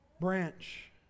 branch